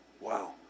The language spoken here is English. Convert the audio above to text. Wow